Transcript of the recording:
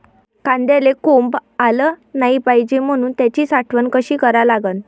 कांद्याले कोंब आलं नाई पायजे म्हनून त्याची साठवन कशी करा लागन?